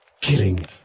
killing